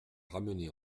ramené